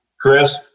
Chris